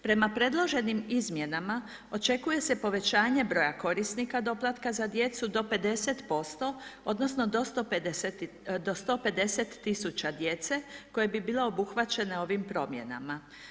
Prema predloženim izmjenama očekuje se povećanje broja korisnika doplatka za djecu do 50%, odnosno do 150000 djece koja bi bila obuhvaćena ovim promjenama.